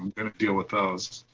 going to deal with those.